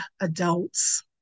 adults